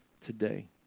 today